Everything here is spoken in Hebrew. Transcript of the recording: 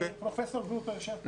פרופסור גרוטו יושב כאן.